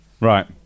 right